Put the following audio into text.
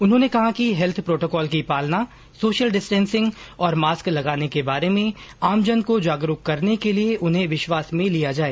उन्होंने कहा कि हेल्थ प्रोटोकॉल की पालना सोशल डिस्टेसिंग और मास्क लगाने के बारे में आमजन को जागरूक करने के लिए उन्हें विश्वास में लिया जाए